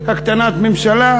הקטנת ממשלה,